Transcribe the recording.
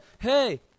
hey